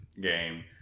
game